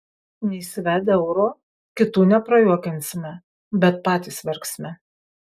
neįsivedę euro kitų neprajuokinsime bet patys verksime